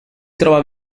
trova